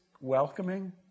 welcoming